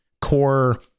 core